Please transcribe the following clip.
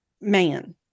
man